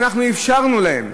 אנחנו אפשרנו להם,